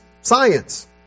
science